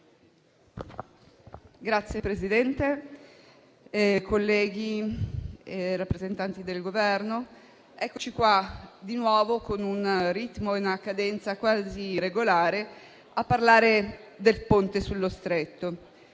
Signora Presidente, colleghi, rappresentanti del Governo, eccoci qui di nuovo, con un ritmo e una cadenza quasi regolare, a parlare del Ponte sullo Stretto.